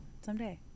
someday